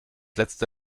letzte